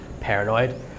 paranoid